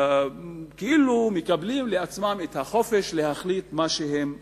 כאילו מקבלים לעצמם את החופש להחליט מה שהם רוצים.